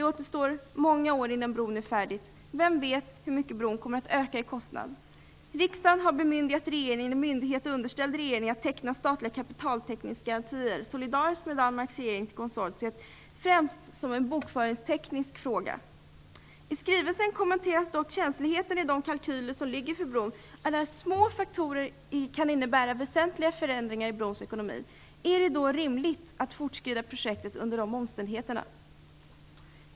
Många år återstår innan bron är färdig, så vem vet hur mycket brons kostnader kommer att öka? Riksdagen har bemyndigat regeringen eller myndighet underställd regeringen att teckna statliga kapitaltäckningsgarantier, solidariskt med Danmarks regering, till konsortiet - främst som en bokföringsteknisk fråga. I skrivelsen kommenteras känsligheten i de brokalkyler som ligger, där även små faktorer kan innebära väsentliga förändringar i brons ekonomi. Är det rimligt att fortskrida med projektet under de omständigheterna?